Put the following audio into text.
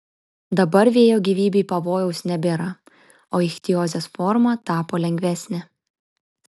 dabar vėjo gyvybei pavojaus nebėra o ichtiozės forma tapo lengvesnė